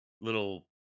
little